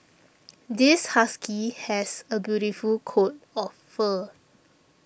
this husky has a beautiful coat of fur